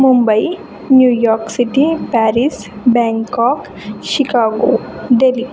Mumbai New York city Paris Bangkok Chicago daily